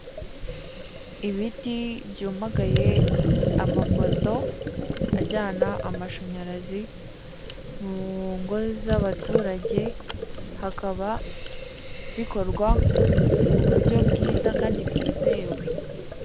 Ibiti byumagaye, amapoto ajyana amashanyarizi mu ngo z'abaturage hakaba bikorwa muburyo bwiza kandi bwizewe.